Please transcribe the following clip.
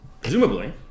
presumably